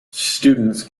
students